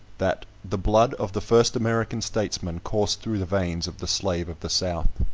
that the blood of the first american statesmen coursed through the veins of the slave of the south.